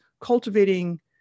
cultivating